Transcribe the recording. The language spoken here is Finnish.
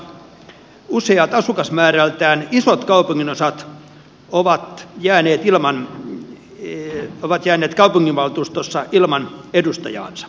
suurkunnissa useat asukasmäärältään isot kaupunginosat ovat jääneet kaupunginvaltuustossa ilman edustajaansa